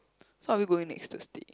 so are we going next Thursday